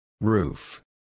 Roof